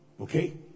okay